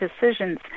decisions